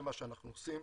זה מה שאנחנו עושים.